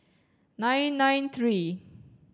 nine nine three